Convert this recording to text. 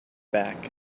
back